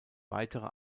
weitere